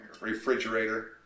refrigerator